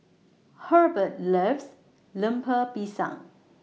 Hurbert loves Lemper Pisang